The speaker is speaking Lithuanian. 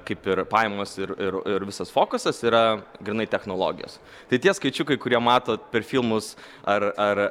kaip ir pajamos ir ir ir visas fokusas yra grynai technologijos tai tie skaičiukai kurie matot per filmus ar ar